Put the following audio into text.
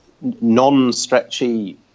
non-stretchy